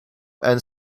and